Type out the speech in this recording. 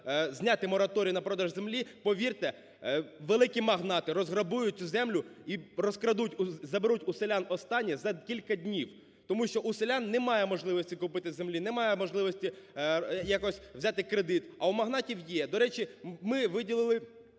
зняти мораторій на продаж землі, повірте, великі магнати розграбують землю і розкрадуть, заберуть у селян останнє за кілька днів, тому що у селян немає можливості купити землі, немає можливості якось взяти кредит, а у магнатів є. До речі, ми виділили